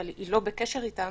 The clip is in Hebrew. אבל היא לא בקשר אותם,